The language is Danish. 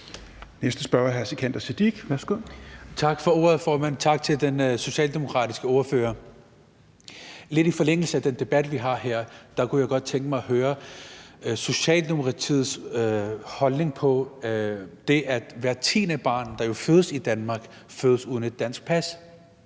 Værsgo. Kl. 16:07 Sikandar Siddique (FG): Tak for ordet, formand, og tak til den socialdemokratiske ordfører. Lidt i forlængelse af den debat, vi har her, kunne jeg godt tænke mig at høre Socialdemokratiets holdning til, at hvert tiende barn, der fødes i Danmark, jo fødes uden et dansk pas.